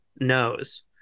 knows